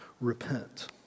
repent